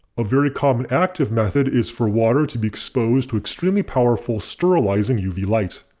a very common active method is for water to be exposed to extremely powerful sterilizing uv light.